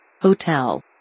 Hotel